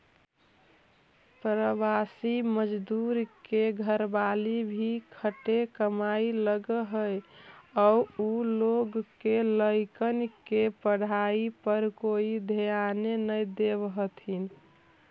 प्रवासी मजदूर के घरवाली भी खटे कमाए लगऽ हई आउ उ लोग के लइकन के पढ़ाई पर कोई ध्याने न देवऽ हथिन